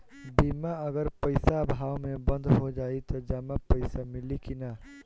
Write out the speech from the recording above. बीमा अगर पइसा अभाव में बंद हो जाई त जमा पइसा मिली कि न?